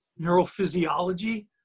neurophysiology